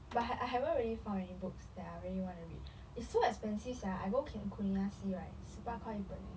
but ha~ I haven't really found any books that are I really want to read it's so expensive sia I go kinokuniya see right 十八块一本 eh